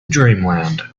dreamland